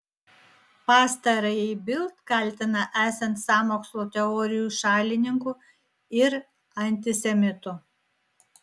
pastarąjį bild kaltina esant sąmokslo teorijų šalininku ir antisemitu